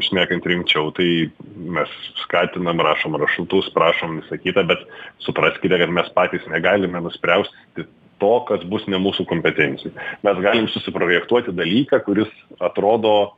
šnekant rimčiau tai mes s skatinam rašom rašutus prašom visa kita bet supraskite kad mes patys negalime nuspręsti to kad bus ne mūsų kompetencijoj mes galim susiprojektuoti dalyką kuris atrodo